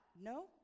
no